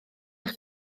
eich